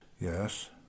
Yes